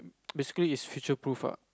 basically it's feature proof ah